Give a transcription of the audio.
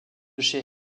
chez